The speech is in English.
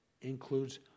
includes